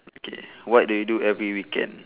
okay what do you do every weekend